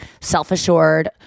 Self-assured